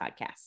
Podcast